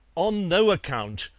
on no account,